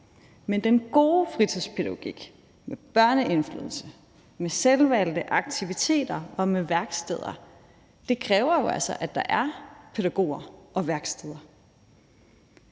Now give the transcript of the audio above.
Men den gode fritidspædagogik med børneindflydelse, med selvvalgte aktiviteter og med værksteder kræver jo altså, at der er pædagoger og værksteder.